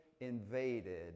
invaded